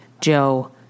Joe